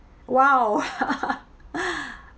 !wow!